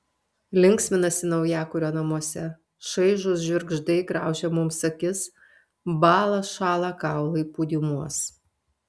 linksminasi naujakurio namuose šaižūs žvirgždai graužia mums akis bąla šąla kaulai pūdymuos